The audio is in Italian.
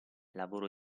lavoro